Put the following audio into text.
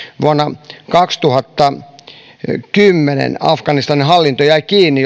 vuonna kaksituhattakymmenen afganistanin hallinto jäi kiinni